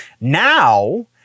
Now